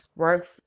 Work's